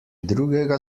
drugega